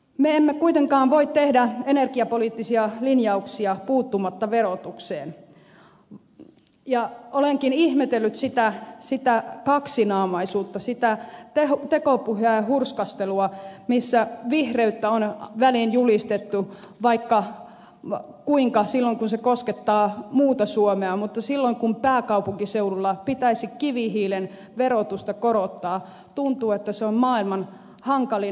me emme kuitenkaan voi tehdä energiapoliittisia linjauksia puuttumatta verotukseen ja olenkin ihmetellyt sitä kaksinaamaisuutta sitä tekopyhää hurskastelua missä vihreyttä on väliin julistettu vaikka kuinka paljon silloin kun se koskettaa muuta suomea mutta silloin kun pääkaupunkiseudulla pitäisi kivihiilen verotusta korottaa tuntuu että se on maailman hankalin asia